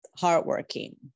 hardworking